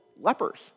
lepers